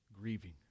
grieving